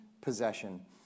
Possession